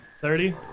Thirty